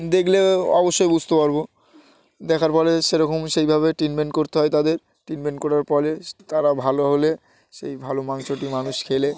দেখলে অবশ্যই বুঝতে পারবো দেখার পরে সেরকম সেইভাবে ট্রিটমেন্ট করতে হয় তাদের ট্রিটমেন্ট করার পরে তারা ভালো হলে সেই ভালো মাংসটি মানুষ খেলে